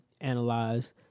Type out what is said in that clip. analyzed